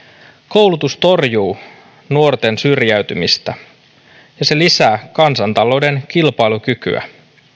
koulutus torjuu nuorten syrjäytymistä ja se lisää kansantalouden kilpailukykyä